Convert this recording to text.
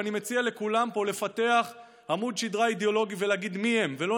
ואני מציע לכולם פה לפתח עמוד שדרה אידיאולוגי ולהגיד מי הם ולא